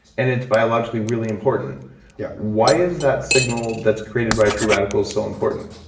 and it's biologically really important yeah why is that signal that's created by free radicals so important?